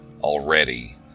already